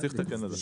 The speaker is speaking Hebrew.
צריך לתקן את זה.